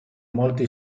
molte